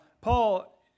Paul